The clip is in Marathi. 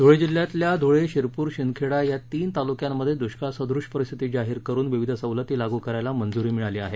धुळे जिल्ह्यातल्या धुळे शिरपूर शिंदखेडा या तीन तालुक्यांमध्ये दुष्काळ सदृश परिस्थिती जाहीर करुन विविध सवलती लागू करायला मंजुरी मिळाली आहे